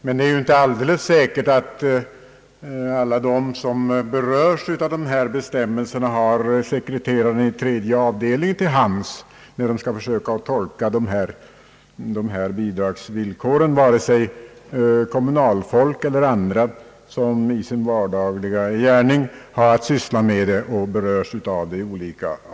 Men det är inte alldeles säkert att alla de som berörs av dessa bestämmelser har sekreteraren i tredje avdelningen till hands, när de skall försöka tolka bidragsvillkoren, vare sig kommunalfolk eller andra, som i sin vardagliga gärning har att syssla med sådana här frågor.